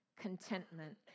contentment